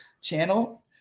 channel